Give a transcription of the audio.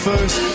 First